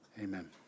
Amen